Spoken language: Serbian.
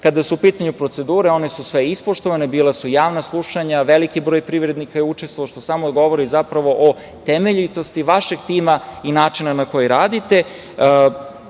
su u pitanju procedure, one su sve ispoštovane. Bila su javna slušanja, veliki broj privrednika je učestvovao, što samo govori zapravo o temeljitosti vašeg tima i načina na koji radite,